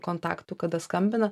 kontaktų kada skambina